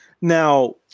Now